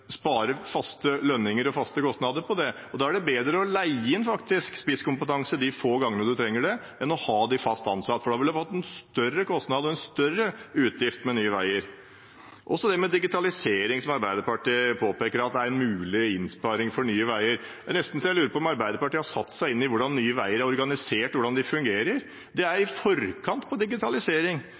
spare faste lønninger og faste kostnader. Da er det bedre å leie inn spisskompetanse de få gangene en trenger det, enn å ha folk fast ansatt, for da ville en fått større kostnader og større utgifter med Nye Veier. Så til det med digitalisering, som Arbeiderpartiet påpeker er en mulig innsparing for Nye Veier: Det er nesten så jeg lurer på om Arbeiderpartiet har satt seg inn i hvordan Nye Veier er organisert, og hvordan det fungerer. De er i forkant på digitalisering.